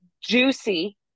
juicy